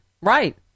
Right